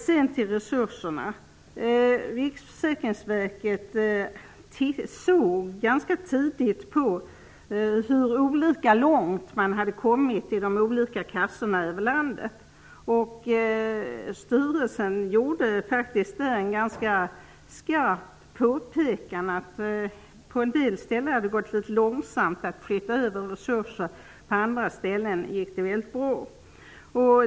När det gäller resurserna undersökte Riksförsäkringsverket ganska tidigt hur långt de olika kassorna i landet hade kommit. Styrelsen gjorde där ett ganska skarpt påpekande om att det på en del ställen hade gått långsamt att flytta över resurser men att det på andra ställen hade gått mycket bra.